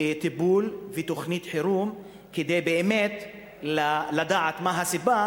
טיפול ותוכנית חירום כדי לדעת מה הסיבה